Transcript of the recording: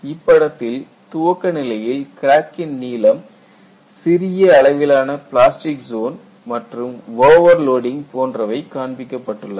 இப்படத்தில் துவக்க நிலையில் கிராக்கின் நீளம் சிறிய அளவிலான பிளாஸ்டிக் ஜோன் மற்றும் ஓவர்லோடிங் போன்றவை காண்பிக்கப்பட்டுள்ளது